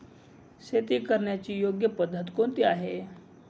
शेती करण्याची योग्य पद्धत कोणती आहे?